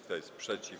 Kto jest przeciw?